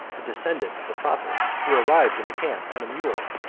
a descendant of the prophet, who arrived in the camp, on a mule,